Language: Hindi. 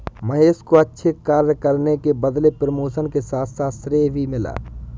महेश को अच्छे कार्य करने के बदले प्रमोशन के साथ साथ श्रेय भी मिला